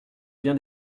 bien